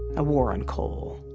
a war on coal?